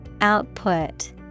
Output